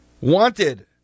Wanted